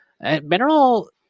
Mineral